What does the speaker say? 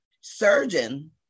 surgeon